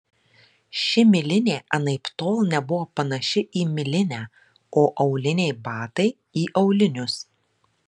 ši milinė anaiptol nebuvo panaši į milinę o auliniai batai į aulinius